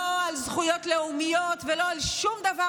לא על זכויות לאומיות ולא על שום דבר